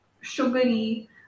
sugary